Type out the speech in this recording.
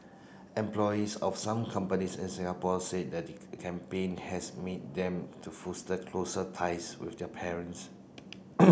employees of some companies in Singapore said that campaign has meet them to foster closer ties with their parents